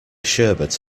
sherbet